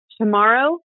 Tomorrow